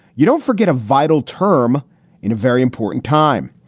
you don't forget a vital term in a very important time.